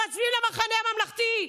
ומצביעים למחנה הממלכתי,